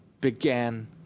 began